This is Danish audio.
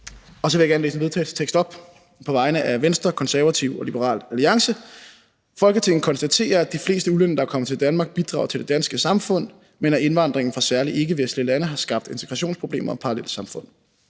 Så vil jeg gerne læse en vedtagelsestekst op på vegne af Venstre, Konservative og Liberal Alliance: Forslag til vedtagelse »Folketinget konstaterer, at de fleste udlændinge, der er kommet til Danmark, bidrager til det danske samfund, men at indvandringen fra særligt ikkevestlige lande har skabt integrationsproblemer og parallelsamfund.